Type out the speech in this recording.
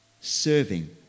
serving